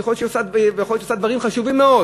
יכול להיות שהיא עושה דברים חשובים מאוד